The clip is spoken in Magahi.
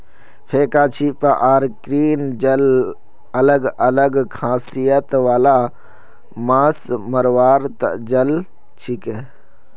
फेका छीपा आर क्रेन जाल अलग अलग खासियत वाला माछ मरवार जाल छिके